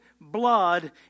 blood